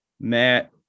Matt